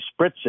spritzing